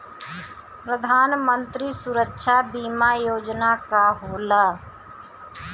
प्रधानमंत्री सुरक्षा बीमा योजना का होला?